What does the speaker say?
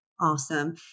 awesome